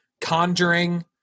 Conjuring